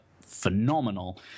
phenomenal